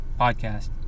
Podcast